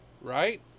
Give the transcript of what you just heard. right